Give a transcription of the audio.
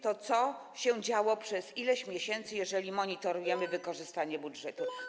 To, co działo się przez ileś miesięcy, jeżeli monitorujemy wykorzystanie budżetu.